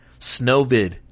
Snowvid